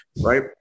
right